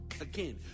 Again